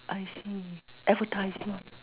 I see advertising